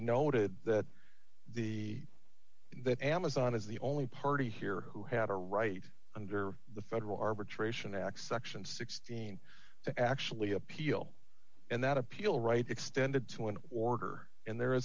noted that the that amazon is the only party here who had a right under the federal arbitration acts section sixteen to actually appeal and that appeal right extended to an order and there is